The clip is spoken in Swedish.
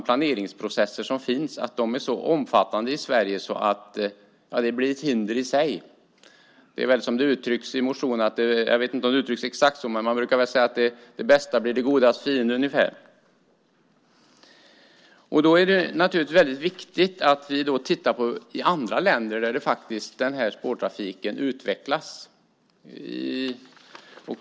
Planeringsprocesserna är så omfattande i Sverige att de blir ett hinder i sig. I motionen uttrycker man att det bästa blir det godas fiende. Det är då naturligtvis viktigt att vi tittar på andra länder där spårtrafiken har utvecklats.